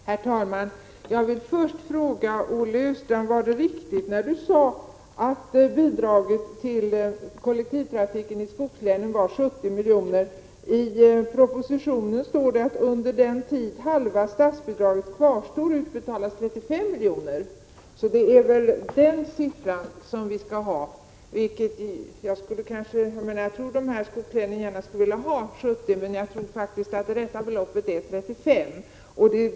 Herr talman! Låt mig först fråga Olle Östrand om det var riktigt, som han sade, att bidraget till kollektivtrafiken i skogslänen är 70 milj.kr. I propositionen står nämligen att under den tid halva statsbidraget kvarstår utbetalas 35 milj.kr. Det är väl det beloppet som gäller. Jag tror nog att man i skogslänen gärna vill ha 70 milj.kr., men det rätta beloppet är således 35 milj.kr.